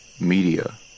media